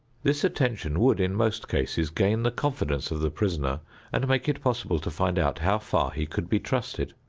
this attention would in most cases gain the confidence of the prisoner and make it possible to find out how far he could be trusted,